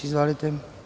Izvolite.